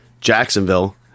Jacksonville